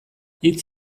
hitz